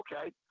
okay